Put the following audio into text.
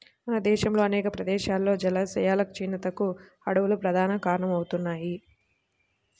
మన దేశంలో అనేక ప్రదేశాల్లో జలాశయాల క్షీణతకు అడవులు ప్రధాన కారణమవుతున్నాయి